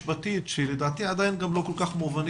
המשפטית שלדעתי עד היום גם לא כל כך מובנים